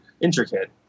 intricate